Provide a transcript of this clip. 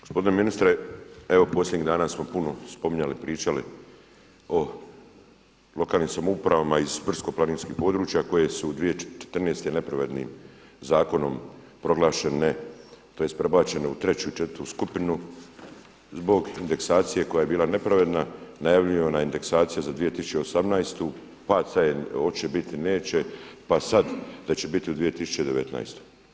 Gospodine ministre, evo posljednjih dana smo puno spominjali i pričali o lokalnim samoupravama iz brdsko-planinskih područja koje su 2014. nepravednim zakonom proglašene tj. prebačene u treću i četvrtu skupinu zbog indeksacije koja je bila nepravedna, najavljivanja indeksacija za 2018. pa hoće biti, neće, pa sada da će biti u 2019.